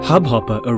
Hubhopper